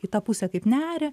į tą pusę kaip neria